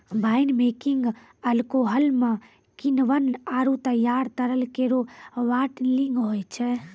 wine making alcohol म किण्वन आरु तैयार तरल केरो बाटलिंग होय छै